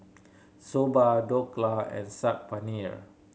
Soba Dhokla and Saag Paneer